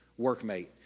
workmate